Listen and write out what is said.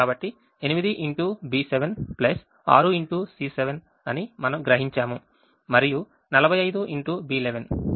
కాబట్టి అని మనం గ్రహించాము మరియు 45xB11